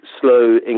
slow